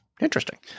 Interesting